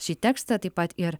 šį tekstą taip pat ir